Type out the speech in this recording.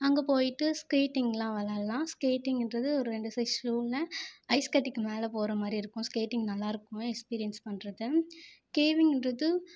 அங்கே போயிட்டு ஸ்கேட்டிங்லாம் வெளாட்லாம் ஸ்கேட்டிங்ன்றது ஒரு ரெண்டு சைஸ் ஷூல் ஐஸ் கட்டிக்கு மேல போகிற மாதிரி இருக்கும் ஸ்கேட்டிங் நல்லாருக்கும் எக்ஸ்பீரியன்ஸ் பண்ணுறது கேவிங்ன்றது